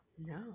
No